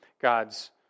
God's